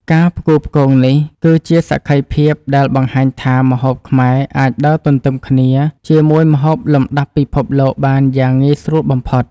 ការផ្គូផ្គងនេះគឺជាសក្ខីភាពដែលបង្ហាញថាម្ហូបខ្មែរអាចដើរទន្ទឹមគ្នាជាមួយម្ហូបលំដាប់ពិភពលោកបានយ៉ាងងាយស្រួលបំផុត។